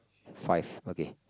five okay